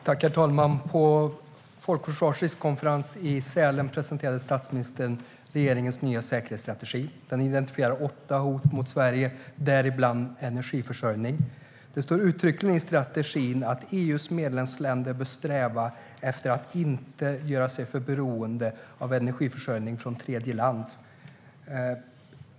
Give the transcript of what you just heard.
Herr talman! På Folk och Försvars rikskonferens i Sälen presenterade statsministern regeringens nya säkerhetsstrategi. Den identifierar åtta hot mot Sverige, däribland energiförsörjning. Det står uttryckligen i strategin att EU:s medlemsländer bör sträva efter att inte göra sig för beroende av energiförsörjning från tredjeland.